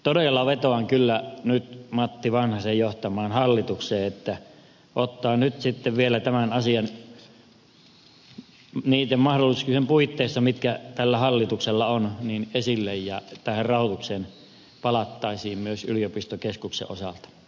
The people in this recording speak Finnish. todella vetoan kyllä nyt matti vanhasen johtamaan hallitukseen että se ottaa nyt sitten vielä tämän asian esille niiden mahdollisuuksien puitteissa mitkä tällä hallituksella on ja että tähän rahoitukseen palattaisiin myös yliopistokeskuksen osalta